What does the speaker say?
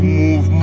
move